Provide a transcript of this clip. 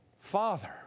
Father